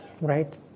Right